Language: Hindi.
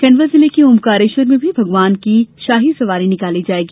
खंडवा जिले के ओंकारेश्वर में भी भगवान की शाही सवारी निकाली जायेगी